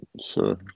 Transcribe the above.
sure